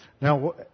Now